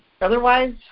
Otherwise